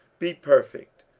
be perfect,